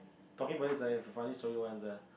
talking about this I have a funny story once ah